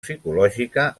psicològica